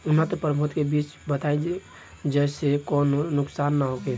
उन्नत प्रभेद के बीज बताई जेसे कौनो नुकसान न होखे?